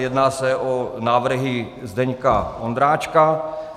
Jedná se o návrhy Zdeňka Ondráčka.